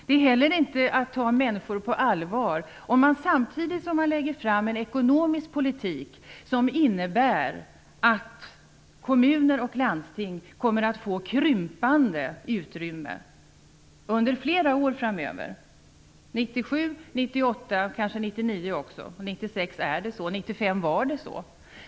Det är heller inte att ta människor på allvar att lägga fram en ekonomisk politik som innebär att kommuner och landsting kommer att få krympande utrymme under flera år framöver 97, 98 och kanske 99 också; 96 är det så och 95 var det så.